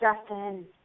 Justin